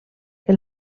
que